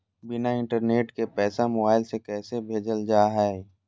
बिना इंटरनेट के पैसा मोबाइल से कैसे भेजल जा है?